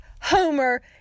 Homer